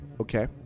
okay